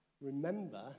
remember